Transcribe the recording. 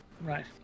right